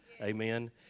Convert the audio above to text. Amen